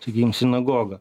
sakykim sinagogą